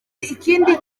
ikindi